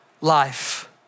life